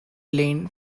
line